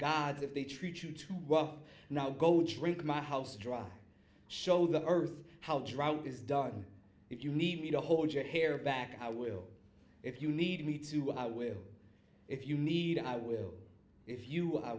gods if they treat you well now go drink my house dry show the earth how drought is done if you need me to hold your hair back i will if you need me to i will if you need i will if you